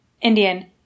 Indian